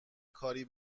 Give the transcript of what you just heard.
کاری